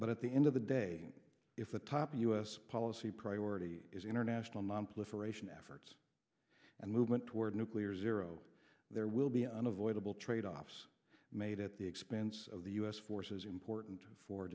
but at the end of the day if the top u s policy priority is international nonproliferation efforts and movement toward nuclear zero there will be unavoidable tradeoffs made at the expense of the u s forces important for